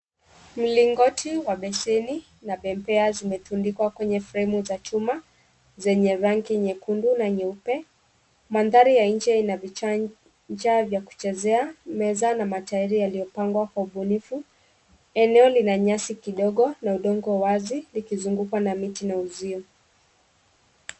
Mlingoti wa beseni na pembea zimetundikwa kwenye fremu za chuma, zenye rangi nyekundu na nyeupe. Mandhari ya nje ina vichanja vya kichezea, meza na matairi yaliyopangwa kwa ubunifu. Eneo lina nyasi kidogo na udongo wazi likizungukwa na miti na uzio.